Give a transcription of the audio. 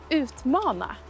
utmana